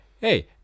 hey